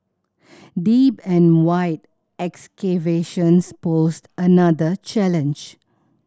deep and wide excavations posed another challenge